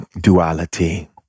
duality